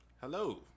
Hello